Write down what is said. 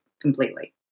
completely